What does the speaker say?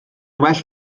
well